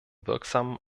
wirksamen